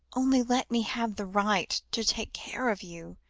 only let me have the right to take care of you,